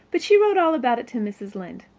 but she wrote all about it to mrs. lynde.